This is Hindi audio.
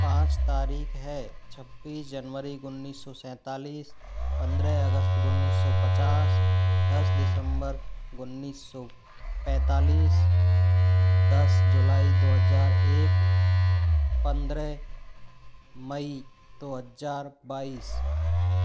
पाँच तारीख है छब्बीस जनवरी उन्नीस सौ सैंतालीस पंद्रह अगस्त उन्नीस सौ पचास दस दिसंबर उन्नीस सौ पैंतालीस दस जुलाई दो हज़ार एक पंद्रह मई दो हज़ार बाइस